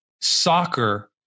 soccer